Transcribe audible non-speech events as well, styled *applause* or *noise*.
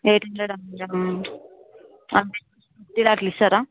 eight హండ్రెడా *unintelligible* అట్లా ఇస్తారా